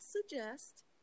suggest